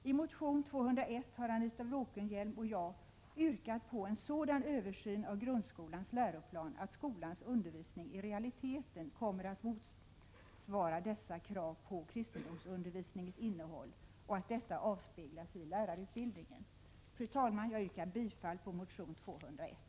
I motion 201 har Anita Bråkenhielm och jag yrkat på en sådan översyn av grundskolans läroplan att skolans undervisning i realiteten kommer att motsvara dessa krav på kristendomsundervisningens innehåll och att detta avspeglas i lärarutbildningen. Fru talman! Jag yrkar bifall till motion 201.